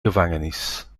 gevangenis